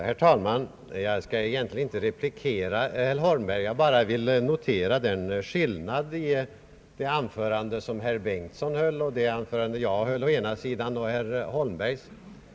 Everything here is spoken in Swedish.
Herr talman! Jag skall egentligen inte replikera herr Holmberg. Jag vill bara notera en skillnad mellan de anföranden herr Bengtson och jag höll å ena sidan och herr Holmbergs anförande å andra sidan.